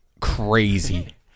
crazy